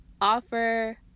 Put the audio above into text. offer